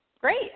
Great